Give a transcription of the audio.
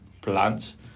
plants